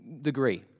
degree